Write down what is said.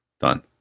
Done